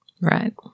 Right